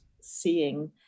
seeing